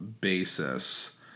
basis